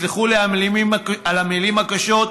תסלחו לי על המילים הקשות,